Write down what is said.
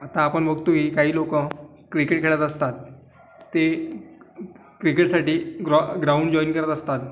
आता आपण बघतोय काही लोक क्रिकेट खेळत असतात ते क्रिकेटसाठी ग्रॉ ग्राउंड जॉइन करत असतात